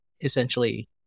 essentially